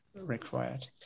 required